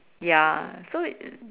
ya so it it